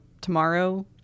tomorrow